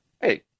Hey